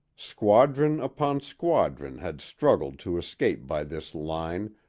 squadron upon squadron had struggled to escape by this line,